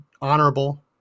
honorable